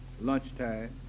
lunchtime